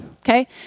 okay